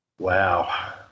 Wow